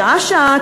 שעה-שעה,